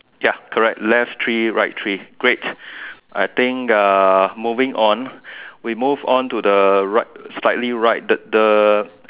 ya correct left three right three great I think uh moving on we move on the right slightly right the the